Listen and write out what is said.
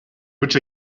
which